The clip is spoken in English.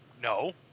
No